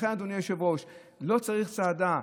לכן, אדוני היושב-ראש, לא צריך צעדה.